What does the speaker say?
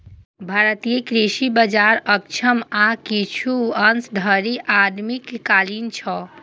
भारतीय कृषि बाजार अक्षम आ किछु अंश धरि आदिम कालीन छै